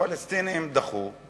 הפלסטינים דחו,